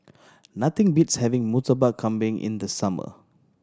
nothing beats having Murtabak Kambing in the summer